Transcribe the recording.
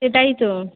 সেটাই তো